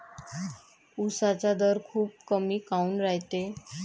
उसाचा दर खूप कमी काऊन रायते?